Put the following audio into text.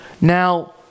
Now